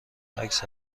عکس